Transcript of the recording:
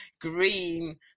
green